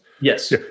Yes